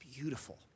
beautiful